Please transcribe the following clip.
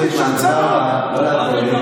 חברת הכנסת יסמין פרידמן, תודה רבה.